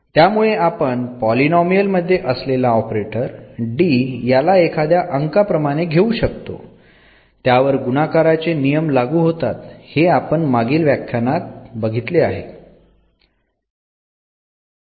त्यामुळे आपण पॉलीनोमियल मध्ये असलेला ऑपरेटर D याला एखाद्या अंका प्रमाणे घेऊ शकतो त्यावर गुणाकाराचे नियम लागू होतात हे आपण मागील व्याख्यानात बघितले आहे